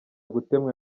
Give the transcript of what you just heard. gutemwa